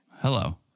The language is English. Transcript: Hello